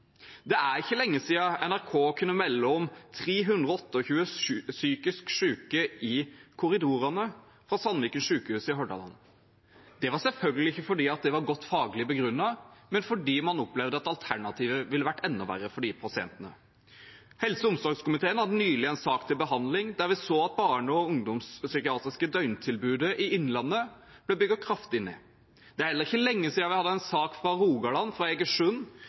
Det er ikke lenge siden NRK kunne melde om 328 psykisk syke i korridorene på Sandviken sykehus i Hordaland. Det var selvfølgelig ikke fordi det var godt faglig begrunnet, men fordi man opplevde at alternativet ville vært enda verre for de pasientene. Helse- og omsorgskomiteen hadde nylig en sak til behandling der vi så at det barne- og ungdomspsykiatriske døgntilbudet i Innlandet ble bygget kraftig ned. Det er heller ikke lenge siden vi hadde en sak fra Rogaland, fra